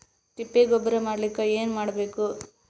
ತಿಪ್ಪೆ ಗೊಬ್ಬರ ಮಾಡಲಿಕ ಏನ್ ಮಾಡಬೇಕು?